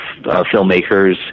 filmmakers